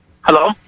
Hello